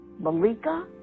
Malika